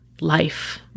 life